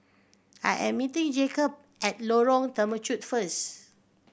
I am meeting Jacob at Lorong Temechut first